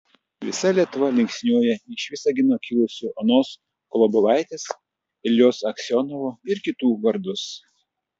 visa lietuva linksniuoja iš visagino kilusių onos kolobovaitės iljos aksionovo ir kitų vardus